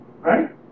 right